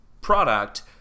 product